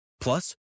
Plus